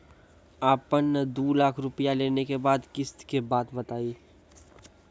आपन ने दू लाख रुपिया लेने के बाद किस्त के बात बतायी?